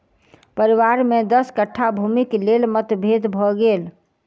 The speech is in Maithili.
परिवार में दस कट्ठा भूमिक लेल मतभेद भ गेल